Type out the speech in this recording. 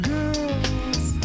Girls